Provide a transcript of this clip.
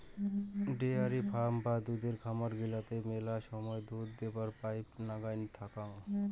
dairy farm বা দুধের খামার গিলাতে মেলা সময় দুধ দোহাবার পাইপ নাইন থাকাং